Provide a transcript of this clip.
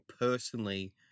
personally